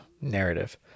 narrative